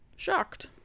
shocked